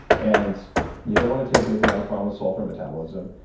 and you don't want to take it if you have a problem with sulfur metabolism.